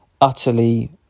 utterly